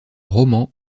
roman